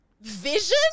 Vision